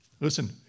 Listen